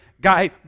guy